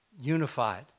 unified